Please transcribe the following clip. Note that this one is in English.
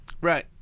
Right